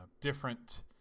different